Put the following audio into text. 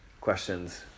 questions